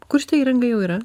kur šita įranga jau yra